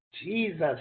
Jesus